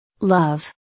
love